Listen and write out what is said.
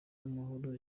y’amahoro